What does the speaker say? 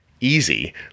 easy